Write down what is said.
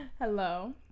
Hello